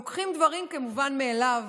לוקחים דברים כמובן מאליו.